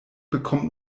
bekommt